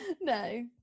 no